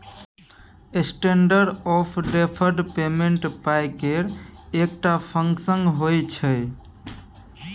standard of deferred payment पाइ केर एकटा फंक्शन होइ छै